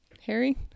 Harry